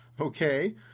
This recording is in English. Okay